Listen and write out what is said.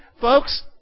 folks